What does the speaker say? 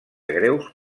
greus